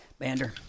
Bander